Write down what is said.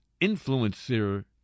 influencer